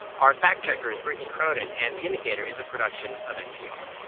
our fact-checker is brittany cronin, and the indicator is a production of npr